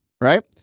right